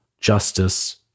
justice